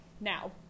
Now